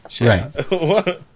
Right